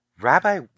Rabbi